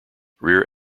rear